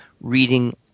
reading